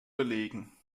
belegen